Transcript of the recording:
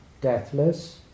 deathless